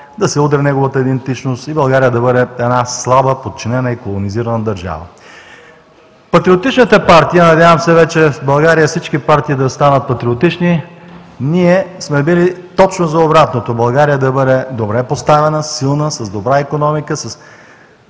да се удря неговата идентичност и България да бъде една слаба, подчинена и колонизирана държава. Патриотичната партия, надявам се вече в България всички партии да станат патриотични, ние сме били точно за обратното – България да бъде добре поставена, силна, с добра икономика, с